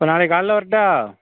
அப்போ நாளைக்கு காலையில் வரட்டா